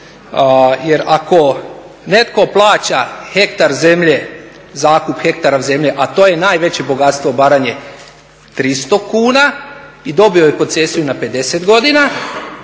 hektar zemlje, zakup hektara zemlje a to je najveće bogatstvo Baranje 300 kuna i dobio je koncesiju na 50 godina